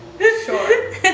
Sure